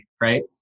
Right